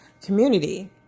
community